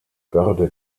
börde